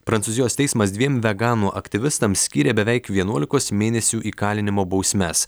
prancūzijos teismas dviem veganų aktyvistams skyrė beveik vienuolikos mėnesių įkalinimo bausmes